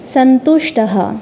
सन्तुष्टः